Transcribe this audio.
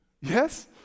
Yes